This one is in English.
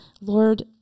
Lord